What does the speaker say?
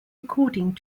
according